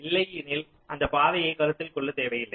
இல்லையாயின் அந்தப் பாதையை கருத்தில் கொள்ள தேவை இல்லை